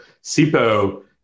SIPO